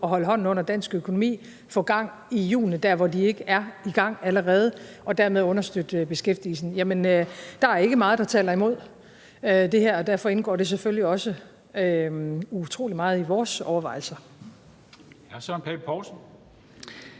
at holde hånden under dansk økonomi, få gang i hjulene der, hvor de ikke er i gang allerede, og dermed understøtte beskæftigelsen. Jamen der er ikke meget, der taler imod det her, og derfor indgår det selvfølgelig også utrolig meget i vores overvejelser.